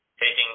taking